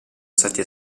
stati